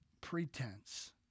pretense